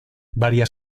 varias